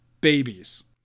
Babies